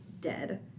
dead